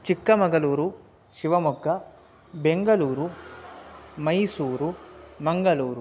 Chikkamagaluru Shivamogga Bengaluru Mysuru Mangaluru